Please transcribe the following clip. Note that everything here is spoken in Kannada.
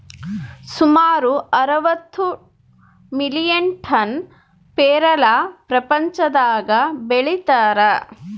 ಸುಮಾರು ಅರವತ್ತು ಮಿಲಿಯನ್ ಟನ್ ಪೇರಲ ಪ್ರಪಂಚದಾಗ ಬೆಳೀತಾರ